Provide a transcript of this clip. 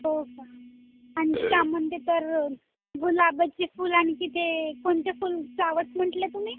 हो का आणखी का म्हणते तर गुलाबाचे फुलं आणखी ते कोणते फूल फ्लावड्स म्हटले तुम्ही